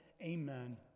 amen